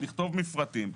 לכתוב מפרטים.